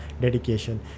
dedication